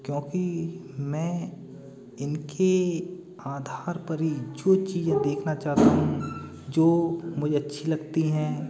क्योंकि मैं इनकी आधार पर ही जो चीज देखना चाहता हूँ जो मुझे अच्छी लगती हैं